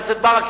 ברכה,